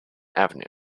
avenue